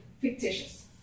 fictitious